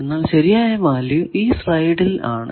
എന്നാൽ ശരിയായ വാല്യൂ ഈ സ്ലൈഡിൽ ആണ്